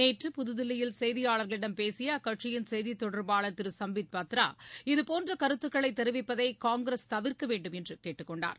நேற்று புதுதில்லயில் செய்தியாளர்களிடம் பேசிய அக்கட்சியின் செய்தித்தொடர்பாளர் திரு சம்பித் பத்ரா இதபோன்ற கருத்துக்களை தெரிவிப்பதை காங்கிரஸ் தவிர்க்கவேண்டும் என்று கேட்டுக்கொண்டார்